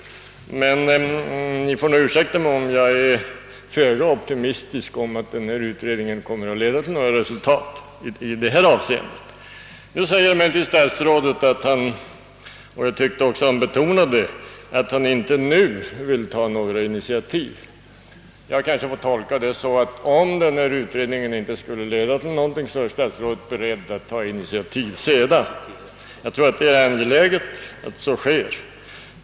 Men ni får ursäkta mig att jag är föga optimistisk om att den av statsrådet omnämnda översynen skall leda till några resultat i detta avseende. Statsrådet säger emellertid att han inte nu — jag tyckte att han betonade ordet nu — vill ta några initiativ. Jag får kanske tolka detta så, att om översynen inte skulle leda till några resultat, är statsrådet beredd att sedan ta initiativ. Jag tror det är angeläget att så sker.